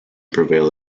prevail